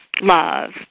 love